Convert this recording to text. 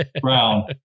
Brown